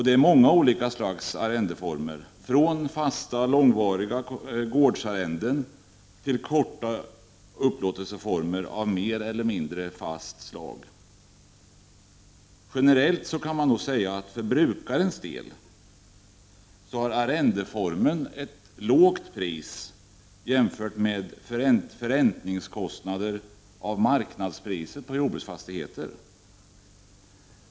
Det är många olika slags arrendeformer, från fasta, långvariga gårdsarrenden till korta upplåtelseformer av mer eller mindre fast slag. Generellt kan man säga att för brukarnas del har arrendeformen ett lågt pris jämfört med förräntningskostnader av marknadspriset på jordbruksfastigheter.